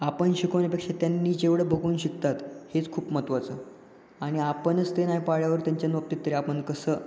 आपण शिकवण्यापेक्षा त्यांनी जेवढं बघून शिकतात हेच खूप महत्त्वाचं आणि आपणच ते नाही पाळल्यावर त्यांच्या बाबतीत तरी आपण कसं